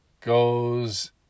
goes